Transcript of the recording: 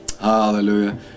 Hallelujah